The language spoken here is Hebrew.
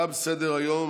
תם סדר-היום.